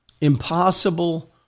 Impossible